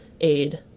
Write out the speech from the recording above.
aid